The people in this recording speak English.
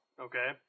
Okay